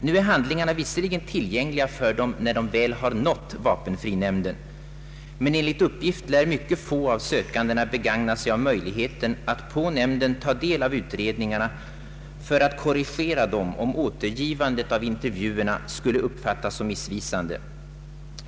Nu är handlingarna visserligen tillgängliga när de väl har nått vapenfrinämnden, men enligt uppgift lär mycket få av sökandena begagna sig av möjligheten att hos vapenfrinämnden ta del av utredningarna för att korrigera dem, om återgivandet av intervjuerna uppfattas såsom missvisande.